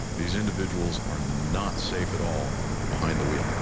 these individuals are not safe at all behind the wheel.